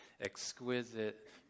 exquisite